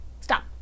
Stop